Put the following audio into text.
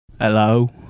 Hello